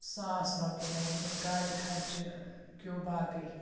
ساس رۄپیہِ لگہٕ أمِس گاڑِ خرچہِ کیو باقٕے